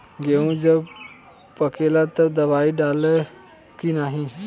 गेहूँ जब पकेला तब दवाई डाली की नाही?